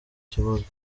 kibuga